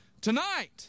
tonight